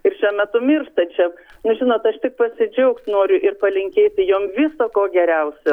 ir šiuo metu mirštančiam nu žinot aš tik pasidžiaugt noriu ir palinkėti jom viso ko geriausio